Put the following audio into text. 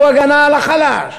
זו הגנה על החלש,